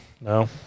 no